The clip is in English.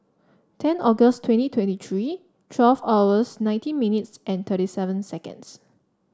ten August twenty twenty three twelfth hours nineteen minutes and thirty seven seconds